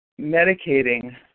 medicating